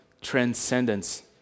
transcendence